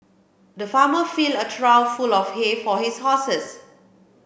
the farmer filled a trough full of hay for his horses